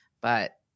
but-